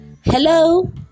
hello